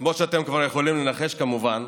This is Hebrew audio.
כמו שאתם כבר יכולים לנחש, כמובן,